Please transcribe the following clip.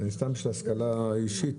סתם בשביל ההשכלה האישית,